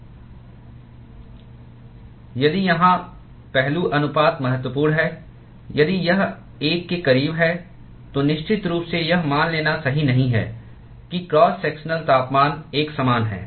यदि यहां यदि पहलू अनुपात महत्वपूर्ण है यदि यह एक के करीब है तो निश्चित रूप से यह मान लेना सही नहीं है कि क्रॉस सेक्शनल तापमान एक समान है